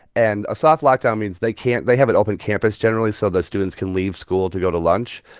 and a soft lockdown means they can't they have an open campus generally, so the students can leave school to go to lunch.